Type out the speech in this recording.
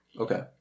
Okay